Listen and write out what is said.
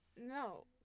No